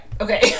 okay